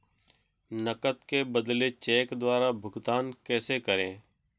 नकद के बदले चेक द्वारा भुगतान कैसे करें?